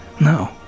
No